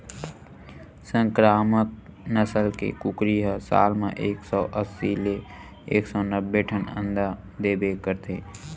संकरामक नसल के कुकरी ह साल म एक सौ अस्सी ले एक सौ नब्बे ठन अंडा देबे करथे